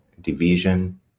division